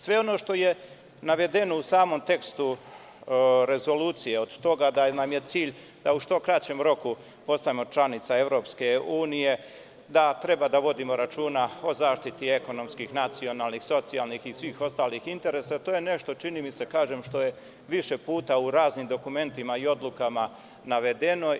Sve ono što je navedeno u samom tekstu rezolucije, od toga da nam je cilj da u što kraćem roku postanemo članica EU, da treba da vodimo računa o zaštiti ekonomskih, nacionalnih, socijalnih i svih ostalih interesa, to je nešto što je više puta u raznim dokumentima i odlukama navedeno.